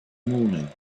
morning